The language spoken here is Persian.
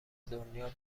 دنیا